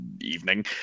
evening